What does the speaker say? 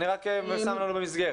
אני רק שם לנו במסגרת.